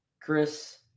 Chris